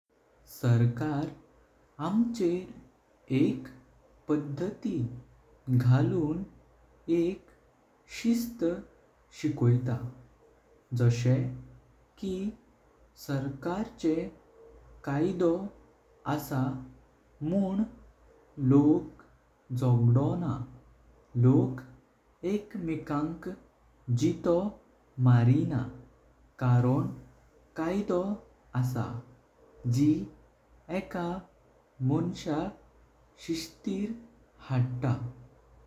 सरकार आमचेर एक पधती घाळून एक शिस्त शिकवयता जशे की सरकारचे कायदो असा। मुन लोक जागडोना लोक एकमेकांक जीतो मारिना कारण कायदो असा जी एका मोंशां शिस्तीर हाडता।